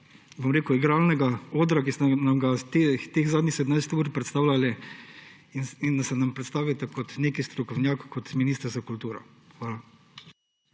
igralnega odra, ki ste nam ga teh zadnjih 17 ur predstavljali, in da se nam predstavite kot nek strokovnjak, kot minister za kulturo. Hvala.